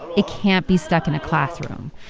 it can't be stuck in a classroom.